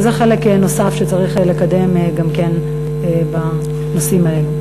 זה חלק נוסף שצריך לקדם בנושאים האלה.